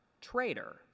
traitor